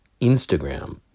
Instagram